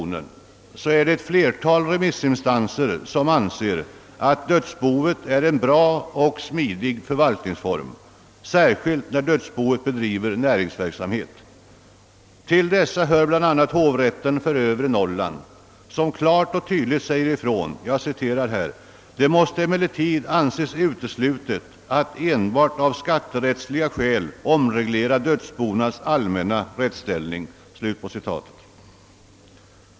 ser ett flertal remissinstanser att dödsboet är en god och smidig förvaltningsform, särskilt då det bedriver näringsverksamhet. Till dessa hör bl.a. hovrätten för övre Norrland, som klart och tydligt säger ifrån att det måste »anses uteslutet att enbart av skatterättsliga hänsyn omreglera dödsbonas allmänna rättsställning».